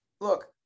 look